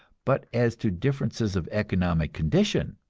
but as to differences of economic condition.